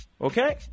okay